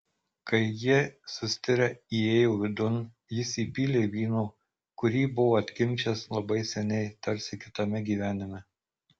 kai jie sustirę įėjo vidun jis įpylė vyno kurį buvo atkimšęs labai seniai tarsi kitame gyvenime